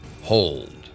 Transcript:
Hold